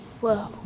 whoa